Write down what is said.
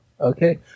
Okay